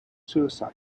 suicide